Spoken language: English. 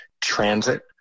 transit